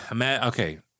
Okay